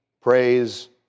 praise